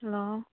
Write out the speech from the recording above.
hello